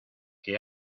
que